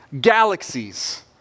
galaxies